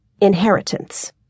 inheritance